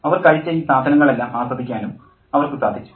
അവർ കഴിച്ച ഈ സാധനങ്ങളെല്ലാം ആസ്വദിക്കാനും അവർക്ക് സാധിച്ചു